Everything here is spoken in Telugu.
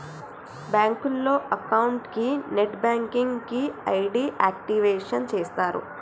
బ్యాంకులో అకౌంట్ కి నెట్ బ్యాంకింగ్ కి ఐడి యాక్టివేషన్ చేస్తరు